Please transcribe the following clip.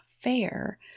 fair